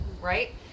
right